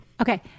okay